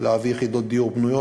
להביא יחידות דיור בנויות,